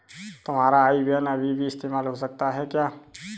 तुम्हारा आई बैन अभी भी इस्तेमाल हो सकता है क्या?